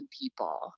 people